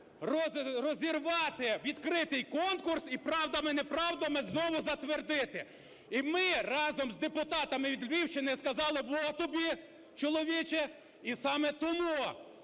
розірвати відкритий конкурс і правдами-неправдами знову затвердити. І ми разом з депутатами від Львівщини сказали: "Во тобі, чоловіче!" І саме тому